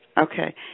Okay